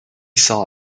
saw